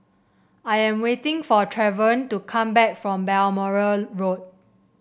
I am waiting for Travon to come back from Balmoral Road